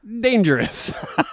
dangerous